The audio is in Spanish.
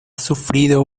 sufrido